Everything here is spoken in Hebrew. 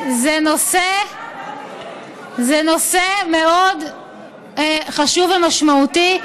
זה נושא מאוד חשוב ומשמעותי.